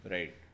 Right